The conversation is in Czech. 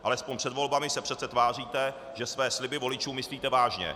Alespoň před volbami se přece tváříte, že své sliby voličům myslíte vážně.